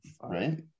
Right